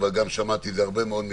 אבל שמעתי זאת מהרבה מאוד חברים,